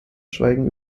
schweigen